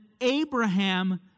Abraham